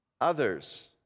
Others